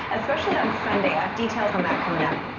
especially on sunday as. details on that coming up.